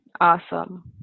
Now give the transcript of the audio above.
awesome